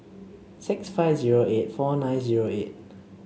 six five zero eight four nine zero eight